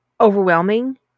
overwhelming